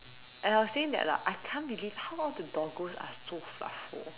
and I was saying that like I can't believe how the doggos are so fluffy